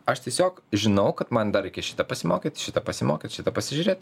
aš tiesiog žinau kad man dar reikia šitą pasimokyt šitą pasimokyt šitą pasižiūrėt